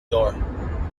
door